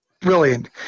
brilliant